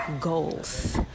goals